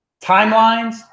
timelines